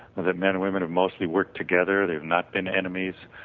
that men and women have mostly worked together, they have not been enemies,